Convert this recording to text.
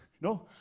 No